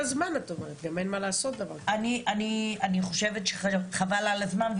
אני חושבת שחבל על הזמן,